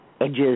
Edges